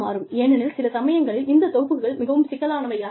ஏனெனில் சில சமயங்களில் இந்த தொகுப்புகள் மிகவும் சிக்கலானவையாக இருக்கும்